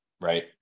Right